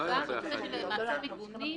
וגם בקשר למעשים מגונים,